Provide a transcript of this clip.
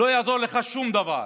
לא יעזור לך שום דבר.